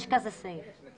יש כזה סעיף.